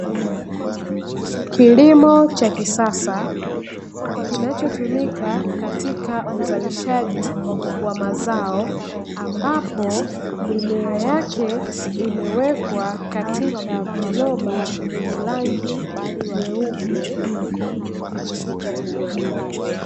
Kilimo cha kisasa, kinachotumika katika uzalishaji wa mazao, ambapo mimea yake imewekwa katika viroba vyenye rangi nyeupe.